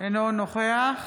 אינו נוכח